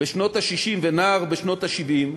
בשנות ה-60, ונער בשנות ה-70,